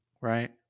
right